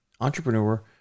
entrepreneur